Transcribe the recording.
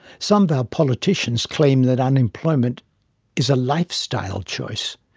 some of our politicians claim that unemployment is a lifestyle choice.